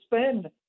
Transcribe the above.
spend